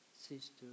sister